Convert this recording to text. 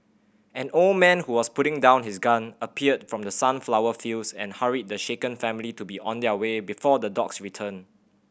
an old man who was putting down his gun appeared from the sunflower fields and hurried the shaken family to be on their way before the dogs return